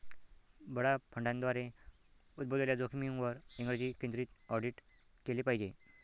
बडा फंडांद्वारे उद्भवलेल्या जोखमींवर इंग्रजी केंद्रित ऑडिट केले पाहिजे